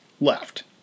left